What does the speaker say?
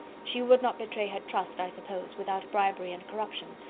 she would not betray her trust, i suppose, without bribery and corruption,